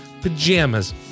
pajamas